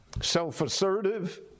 self-assertive